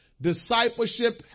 Discipleship